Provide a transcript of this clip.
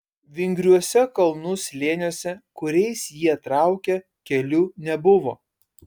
vingriuose kalnų slėniuose kuriais jie traukė kelių nebuvo